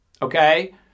Okay